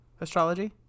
astrology